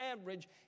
average